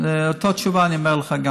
אותה תשובה אני אומר גם לך.